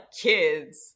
kids